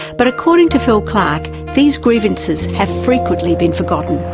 but according to phil clark, these grievances have frequently been forgotten.